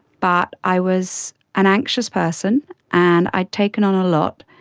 but i was an anxious person and i had taken on a lot,